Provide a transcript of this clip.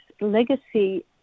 legacy